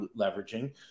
leveraging